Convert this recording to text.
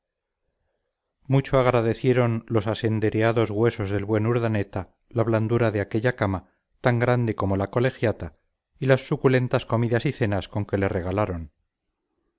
mucho agradecieron los asendereados huesos del buen urdaneta la blandura de aquella cama tan grande como la colegiata y las suculentas comidas y cenas con que le regalaron